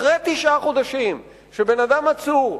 אחרי תשעה חודשים שבן-אדם עצור,